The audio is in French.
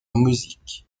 music